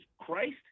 Christ